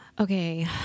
Okay